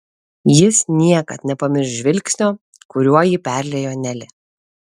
jis niekad nepamirš žvilgsnio kuriuo jį perliejo nelė